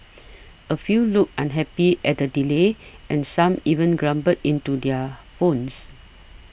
a few looked unhappy at the delay and some even grumbled into their phones